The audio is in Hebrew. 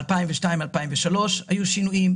ב-2002 ו-2003 היו שינויים,